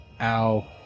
Ow